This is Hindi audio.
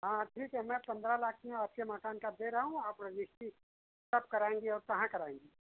हाँ ठीक है मैं पन्द्रह लाख में आपके मकान का दे रहा हूँ आप रजिस्ट्री कब कराएंगे और कहाँ कराएंगे